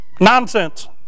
Nonsense